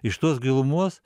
iš tos gilumos